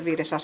asia